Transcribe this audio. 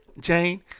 Jane